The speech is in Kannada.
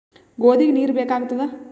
ಗೋಧಿಗ ನೀರ್ ಬೇಕಾಗತದ?